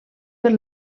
per